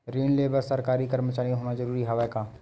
ऋण ले बर सरकारी कर्मचारी होना जरूरी हवय का?